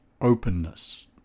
openness